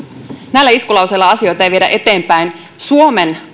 näillä iskulauseilla asioita ei viedä eteenpäin suomen